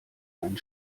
einen